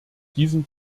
diesem